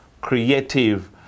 creative